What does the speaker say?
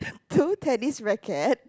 two tennis racket